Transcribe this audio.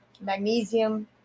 magnesium